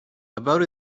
about